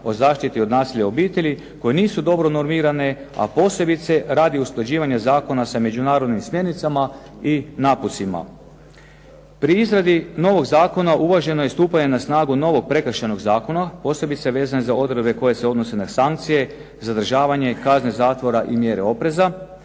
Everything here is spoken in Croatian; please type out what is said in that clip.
o zaštiti od nasilja u obitelji koji nisu dobro normirane, a posebice radi usklađivanja zakona s međunarodnim smjernicama i napucima. Pri izradi novog zakona uvaženo je stupanje na snagu novog Prekršajnog zakona, posebice vezane za odredbe koje se odnose na sankcije, zadržavanje, kazne zatvora i mjere opreza,